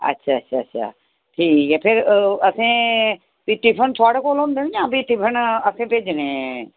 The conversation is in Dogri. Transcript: अच्छा अच्छा अच्छा अच्छा ठीक ऐ फेर असें फ्ही टिफ़िन थुआढ़े कोल होंदे न जां फ्ही टिफ़िन असें भेजने